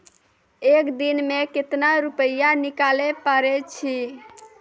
एक दिन मे केतना रुपैया निकाले पारै छी?